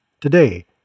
today